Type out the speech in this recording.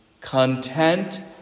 content